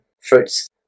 fruits